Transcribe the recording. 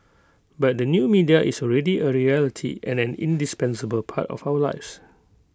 but the new media is already A reality and an indispensable part of our lives